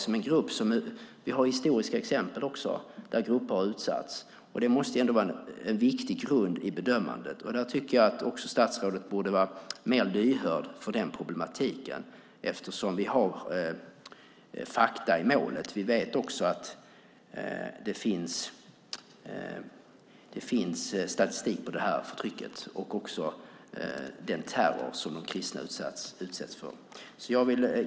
Men det finns historiska exempel där grupper har utsatts, och det måste ändå vara en viktig grund i bedömandet. Där borde statsrådet vara mer lyhörd för det problemet. Det finns fakta i målet. Vi vet att det finns statistik på det förtryck och den terror som de kristna utsätts för.